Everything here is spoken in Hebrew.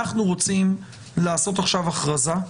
אנחנו רוצים לעשות עכשיו הכרזה,